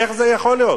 איך זה יכול להיות?